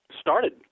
started